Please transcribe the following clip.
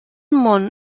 món